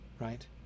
right